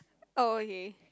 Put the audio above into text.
oh okay